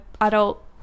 adult